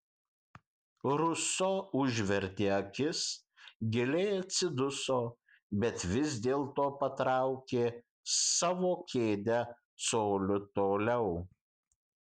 ruso užvertė akis giliai atsiduso bet vis dėlto patraukė savo kėdę coliu toliau